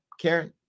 Karen